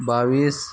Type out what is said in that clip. बाईस